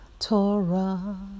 Torah